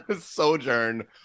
sojourn